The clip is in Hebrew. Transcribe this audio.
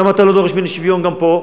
למה אתה לא דורש ממני שוויון גם פה?